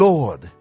Lord